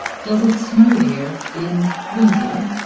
does it snow here in winter?